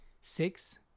six